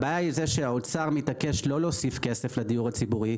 הבעיה היא שהאוצר מתעקש לא להוסיף כסף לדיור הציבורי,